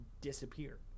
disappear